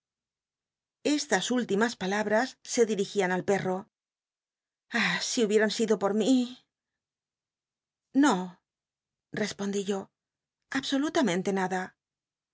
gstas llllimas palabras se dirigían al perro i ah si hubieran sido por mí no respondí yo absolutamente nada